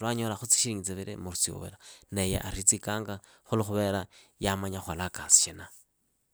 Lwanyolakhu silinji tsivili musyuvila naye aritsikanga shichira yamanya kholaa kasi shina.